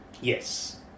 Yes